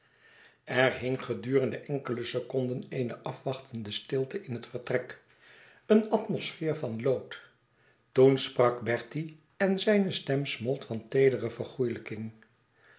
er hing gedurende enkele seconden eene afwachtende stilte in het vertrek een atmosfeer van lood toen sprak bertie en zijne stem smolt van